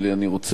אני רוצה להעיר